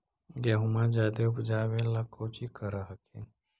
गेहुमा जायदे उपजाबे ला कौची कर हखिन?